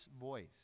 voice